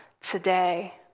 today